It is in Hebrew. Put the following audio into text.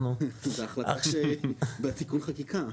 זה החלטה שבתיקון חקיקה.